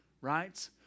right